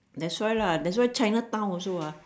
that's why lah that's why chinatown also ah